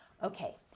Okay